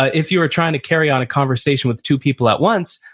ah if you are trying to carry on a conversation with two people at once,